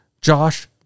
Josh